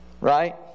Right